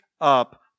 up